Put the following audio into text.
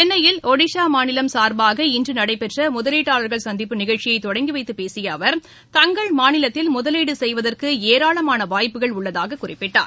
சென்னையில் ஒடிஸா மாநிலம் சார்பாக இன்று நடைபெற்ற முதலீட்டாளர்கள் சந்திப்பு நிகழ்ச்சியை தொடங்கி வைத்து பேசிய அவர் தங்கள் மாநிலத்தில் முதலீடு செய்வதற்கு ஏராளமான வாய்ப்புகள் உள்ளதாக குறிப்பிட்டார்